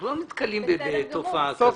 אנחנו לא נתקלים בתופעה כזאת.